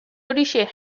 horixe